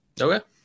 Okay